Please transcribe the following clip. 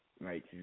Right